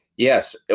Yes